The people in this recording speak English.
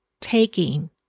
taking